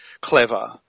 clever